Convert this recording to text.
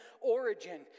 origin